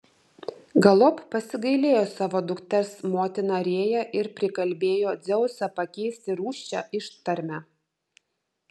galop pasigailėjo savo dukters motina rėja ir prikalbėjo dzeusą pakeisti rūsčią ištarmę